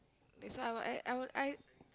that's why I I will I